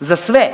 za sve,